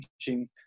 teaching